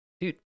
Dude